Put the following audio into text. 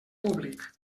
públic